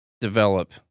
develop